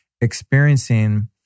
experiencing